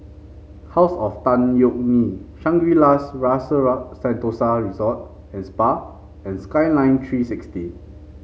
House of Tan Yeok Nee Shangri La's Rasa Sentosa Resort and Spa and Skyline Three sixty